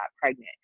pregnant